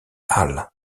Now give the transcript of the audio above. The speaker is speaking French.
halle